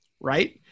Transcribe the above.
right